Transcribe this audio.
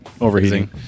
overheating